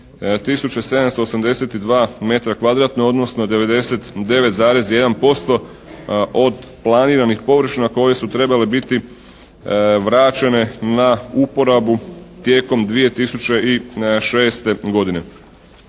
kvadratna odnosno 99,1% od planiranih površina koje su trebale biti vraćene na uporabu tijekom 2006. godine.